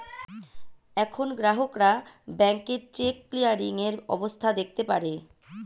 এখন গ্রাহকরা ব্যাংকে চেক ক্লিয়ারিং এর অবস্থা দেখতে পারে